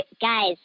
guys